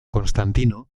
constantino